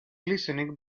listening